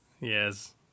yes